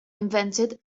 invented